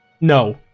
no